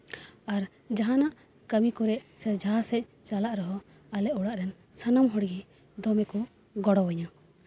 ᱟᱨ ᱡᱟᱦᱟᱱᱟᱜ ᱠᱟᱹᱢᱤ ᱠᱚᱨᱮᱜ ᱥᱮ ᱡᱟᱦᱟᱸᱥᱮᱜ ᱪᱟᱞᱟᱜ ᱨᱮᱦᱚᱸ ᱟᱞᱮ ᱚᱲᱟᱜ ᱨᱮᱱ ᱥᱟᱱᱟᱢ ᱦᱚᱲ ᱜᱮ ᱫᱚᱢᱮ ᱠᱚ ᱜᱚᱲᱚ ᱟᱹᱧᱟ